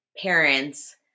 parents